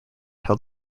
held